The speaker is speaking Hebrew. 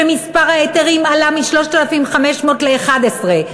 שמספר ההיתרים עלה מ-3,500 ל-11,000.